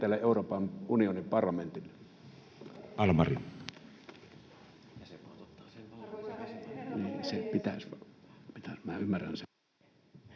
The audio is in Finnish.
Euroopan unionin parlamentille?